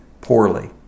poorly